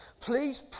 Please